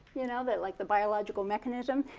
you know, but like the biological mechanism.